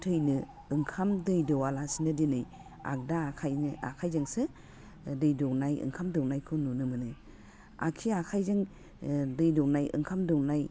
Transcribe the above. थैनो ओंखाम दै दौवालासिनो दिनै आगदा आखाइनो आखाइजोंसो दै दौनाय ओंखाम दौनायखौ नुनो मोनो आग्सि आखाइजों दै दौनाय ओंखाम दौनाय